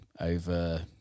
over